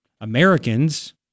Americans